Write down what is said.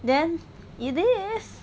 then it is